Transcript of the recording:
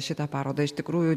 šitą parodą iš tikrųjų